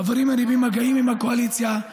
חברים, אני במגעים עם הקואליציה,